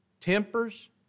tempers